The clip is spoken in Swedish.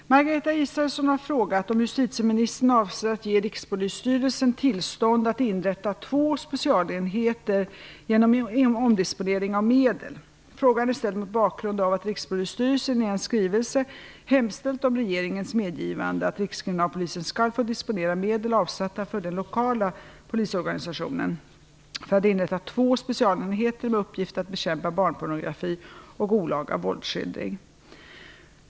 Fru talman! Margareta Israelsson har frågat om justitieministern avser att ge Rikspolisstyrelsen tillstånd att inrätta två specialenheter genom omdisponering av medel. Frågan är ställd mot bakgrund av att Rikspolisstyrelsen i en skrivelse hemställt om regeringens medgivande att Rikskriminalpolisen skall få disponera medel avsatta för den lokala polisorganisationen för att inrätta två specialenheter med uppgift att bekämpa barnpornografi och olaga våldsskildring.